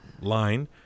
line